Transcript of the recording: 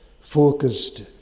focused